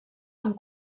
amb